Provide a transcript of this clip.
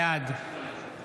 בעד